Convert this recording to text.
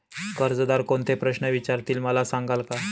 कर्जदार कोणते प्रश्न विचारतील, मला सांगाल का?